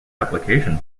application